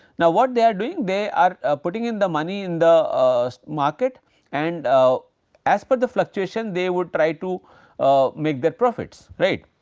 now, what they are doing? they are putting in the money in the um market and as per the fluctuation, they would try to make their profits right.